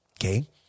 Okay